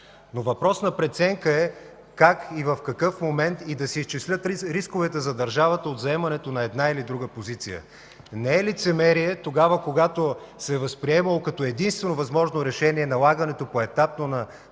но въпрос на преценка е как и в какъв момент и да се изчислят рисковете за държавата от заемането на една или друга позиция. Не е лицемерие тогава, когато се възприемало като единствено възможно решение налагането поетапно на